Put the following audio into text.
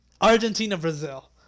Argentina-Brazil